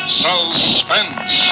suspense